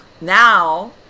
now